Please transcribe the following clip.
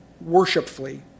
worshipfully